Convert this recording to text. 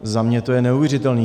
Za mě to je neuvěřitelný.